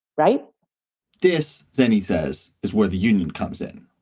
right this then, he says, is where the union comes in.